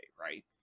right